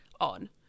on